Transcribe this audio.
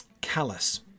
callous